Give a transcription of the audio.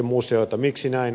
miksi näin